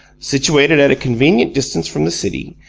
situated at a convenient distance from the city,